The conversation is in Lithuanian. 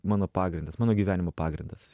mano pagrindas mano gyvenimo pagrindas